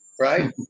right